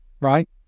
right